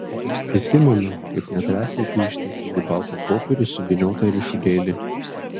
prisimenu kaip nedrąsiai tu ištiesei į baltą popierių suvyniotą ryšulėlį